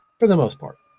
for the most part.